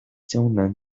江南